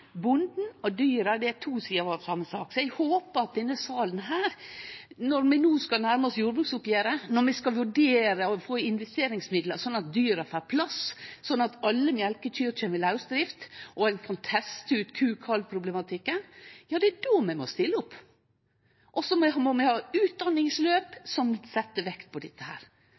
to sider av same sak. Når vi no nærmar oss jordbruksoppgjeret, når vi skal vurdere å få investeringsmidlar, sånn at dyra får plass, sånn at alle mjølkekyr kjem i lausdrift, og ein kan teste ut ku/kalv-problematikken, er når vi i denne salen må stille opp – og eg håpar ein vil gjere det. Så må vi ha utdanningsløp som legg vekt på dette her.